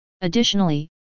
Additionally